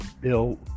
bill